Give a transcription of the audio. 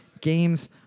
games